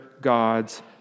God's